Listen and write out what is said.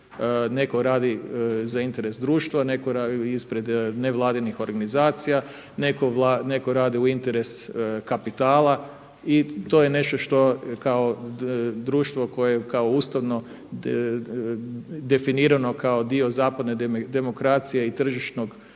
lobisti su svugdje oko nas, ima ih svakojakih. Netko radi u interes kapitala i to je nešto što kao društvo koje je kao ustavno definirano kao dio zapadne demokracije i tržišnog,